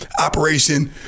operation